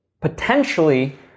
potentially